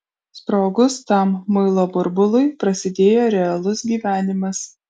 sprogus tam muilo burbului prasidėjo realus gyvenimas